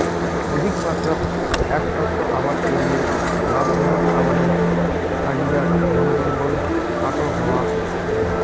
অধিকমাত্রাত এ্যাক শস্য আবাদ করিলে লাভজনক আবাদের তাগিদাত বনজঙ্গল আটো হয়া যাই